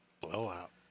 Blowout